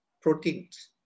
proteins